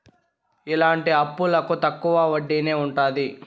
ఇలాంటి అప్పులకు తక్కువ వడ్డీనే ఉంటది